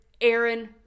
Aaron